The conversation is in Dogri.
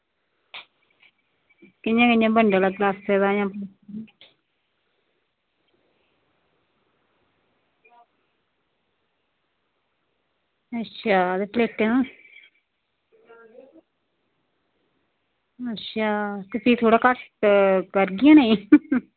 कि'यां कि'यां बंडल गलासै दा ते अच्छा ते प्लेटें दा अच्छा फ्ही थोह्ड़ा घट्ट करगियां नी